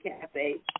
Cafe